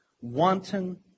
wanton